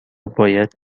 باید